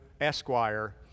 Esquire